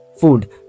food